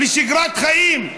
הופכות לשגרת חיים.